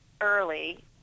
early